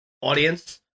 audience